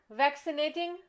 vaccinating